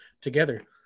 together